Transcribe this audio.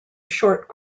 short